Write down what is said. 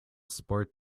sport